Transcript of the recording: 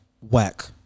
Whack